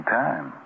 time